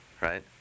right